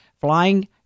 flying